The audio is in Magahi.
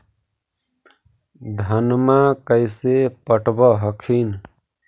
धन्मा कैसे पटब हखिन?